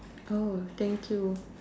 oh thank you